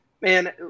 man